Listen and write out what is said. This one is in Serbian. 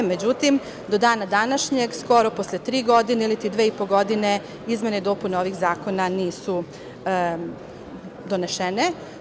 Međutim, do dana današnjeg, skoro posle tri godine iliti dve i po godine, izmene i dopune ovih zakona nisu donesene.